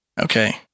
Okay